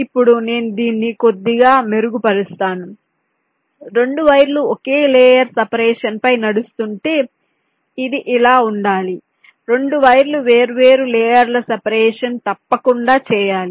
ఇప్పుడు నేను దీన్ని కొద్దిగా మెరుగుపరుస్తాను 2 వైర్లు ఒకే లేయర్ సెపరేషన్ పై నడుస్తుంటే ఇది ఇలా ఉండాలి 2 వైర్లు వేర్వేరు లేయర్ల సెపరేషన్ తప్పకుండా చేయాలి